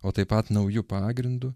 o taip pat nauju pagrindu